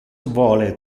vole